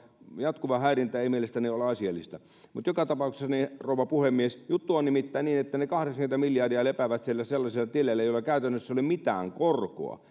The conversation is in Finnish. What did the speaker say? jatkuva häirintä ei mielestäni ole asiallista joka tapauksessa rouva puhemies juttu on nimittäin niin että ne kahdeksankymmentä miljardia lepäävät siellä sellaisilla tileillä joilla käytännössä ei ole mitään korkoa